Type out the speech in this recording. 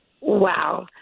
Wow